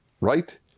Right